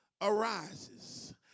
arises